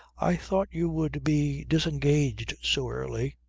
i thought you would be disengaged so early.